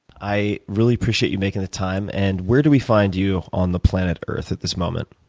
i really appreciate you making the time. and where do we find you on the planet earth at this moment?